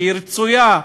שהיא רצויה,